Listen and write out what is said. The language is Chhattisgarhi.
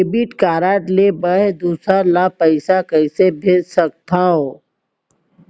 डेबिट कारड ले मैं दूसर ला पइसा कइसे भेज सकत हओं?